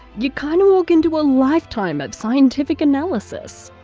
you kinda walk into a lifetime of scientific analysis.